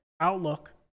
outlook